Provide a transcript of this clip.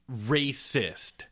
racist